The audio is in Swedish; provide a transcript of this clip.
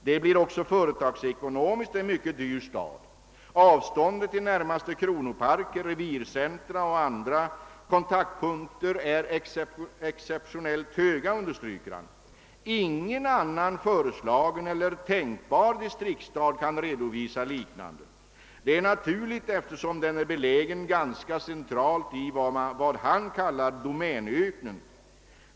Det blir också företagsekonomiskt en mycket dyr sak. Avståndet till närmaste kronoparker, revircentra och andra kontaktpunkter är exceptionellt stort. Ingen annan föreslagen eller tänkbar distriktsstad kan uppvisa så stora avstånd. Detta är naturligt när Falun är beläget ganska centralt i vad överjägmästaren kallar en »domänöken».